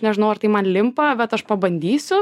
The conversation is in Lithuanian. nežinau ar tai man limpa bet aš pabandysiu